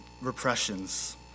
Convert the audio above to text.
repressions